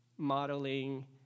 modeling